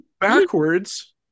Backwards